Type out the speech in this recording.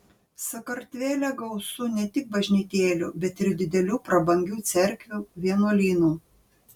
sakartvele gausu ne tik bažnytėlių bet ir didelių prabangių cerkvių vienuolynų